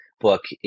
book